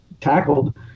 tackled